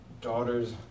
Daughters